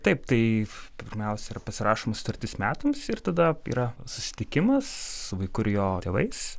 taip tai pirmiausia yra pasirašoma sutartis metams ir tada yra susitikimas su vaiku ir jo tėvais